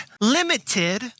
limited